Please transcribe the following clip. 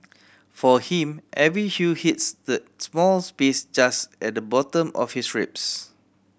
for him every hue hits that small space just at the bottom of his ribs